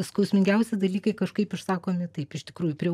skausmingiausi dalykai kažkaip išsakomi taip iš tikrųjų prie